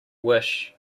wish